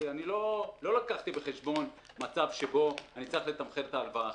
לא לקחתי בחשבון מצב שבו אני צריך לתמחר את ההלוואה אחרת.